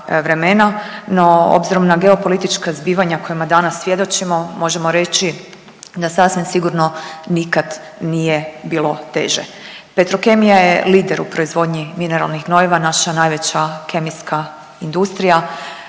no obzirom na geopolitička zbivanja kojima danas svjedočimo možemo reći da sasvim sigurno nikad nije bilo teže. Petrokemija je lider u proizvodnji mineralnih gnojiva, naša najveća kemijska industrija,